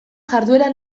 jarduera